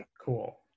cool